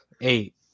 eight